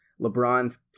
lebron's